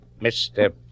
Mr